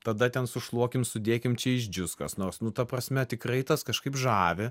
tada ten sušluokim sudėkim čia išdžius kas nors nu ta prasme tikrai tas kažkaip žavi